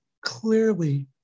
clearly